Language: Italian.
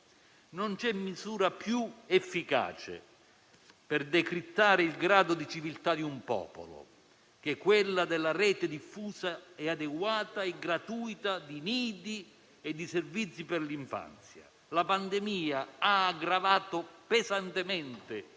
Non c'è misura più efficace, per decriptare il grado di civiltà di un popolo, di una rete diffusa, adeguata e gratuita di nidi e servizi per l'infanzia. La pandemia ha aggravato pesantemente